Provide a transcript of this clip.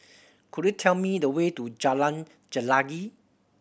could you tell me the way to Jalan Chelagi